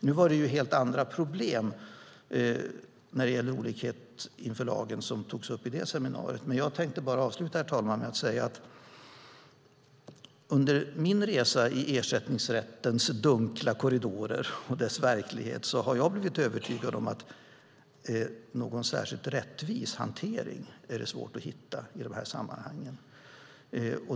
Nu var det helt andra problem när det gäller olikhet inför lagen som togs upp vid det seminariet, men jag tänkte bara avsluta, herr talman, med att säga att min resa i ersättningsrättens dunkla korridorer och dess verklighet har övertygat mig om att någon särskilt rättvis hantering är det svårt att hitta i de här sammanhangen.